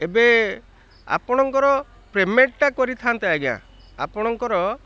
ଏବେ ଆପଣଙ୍କର ପେମେଣ୍ଟଟା କରିଥା'ନ୍ତେ ଆଜ୍ଞା ଆପଣଙ୍କର